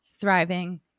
thriving